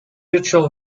virtual